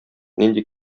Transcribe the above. нинди